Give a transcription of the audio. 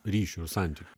ryšių ir santykių